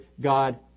God